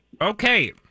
okay